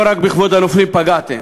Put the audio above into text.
לא רק בכבוד הנופלים פגעתם,